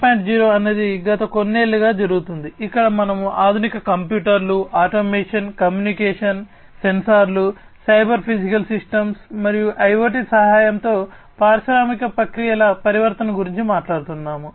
0 అనేది గత కొన్నేళ్లుగా జరుగుతున్నది ఇక్కడ మనము ఆధునిక కంప్యూటర్లు ఆటోమేషన్ కమ్యూనికేషన్ సెన్సార్లు మరియు ఐయోటి సహాయంతో పారిశ్రామిక ప్రక్రియల పరివర్తన గురించి మాట్లాడుతున్నాము